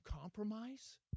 compromise